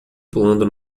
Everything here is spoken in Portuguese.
pulando